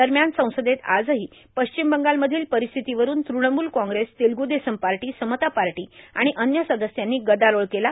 दरम्यान संसदेत आजहो पश्चिम बंगाल मधील पररस्थिती वरून Trinamool Congress Telugu Desam party Samata party आण अन्य सदस्यांनी गदारोळ केला